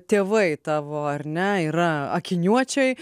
tėvai tavo ar ne yra akiniuočiai